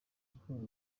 sports